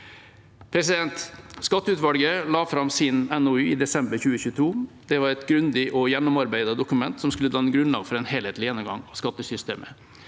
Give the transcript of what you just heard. eget land. Skatteutvalget la fram sin NOU i desember 2022. Det var et grundig og gjennomarbeidet dokument som skulle danne grunnlag for en helhetlig gjennomgang av skattesystemet.